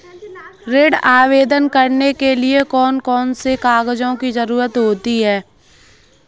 ऋण आवेदन करने के लिए कौन कौन से कागजों की जरूरत होती है?